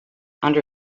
under